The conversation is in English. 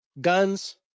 guns